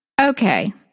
Okay